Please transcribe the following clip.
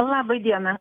laba diena